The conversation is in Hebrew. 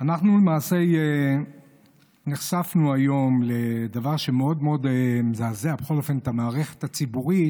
אנחנו למעשה נחשפנו היום לדבר שמאוד מאוד מזעזע את המערכת הציבורית,